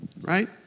Right